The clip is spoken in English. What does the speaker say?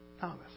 Thomas